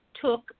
took